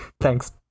Thanks